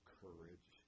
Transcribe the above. courage